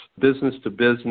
business-to-business